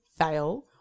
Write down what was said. fail